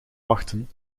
wachten